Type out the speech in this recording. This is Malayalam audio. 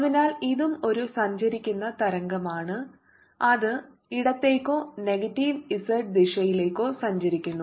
അതിനാൽ ഇതും ഒരു സഞ്ചരിക്കുന്ന തരംഗമാണ് അത് ഇടത്തേക്കോ നെഗറ്റീവ് z ദിശയിലേക്കോ സഞ്ചരിക്കുന്നു